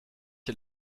est